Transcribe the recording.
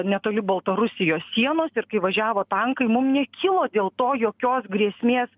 netoli baltarusijos sienos ir kai važiavo tankai mum nekilo dėl to jokios grėsmės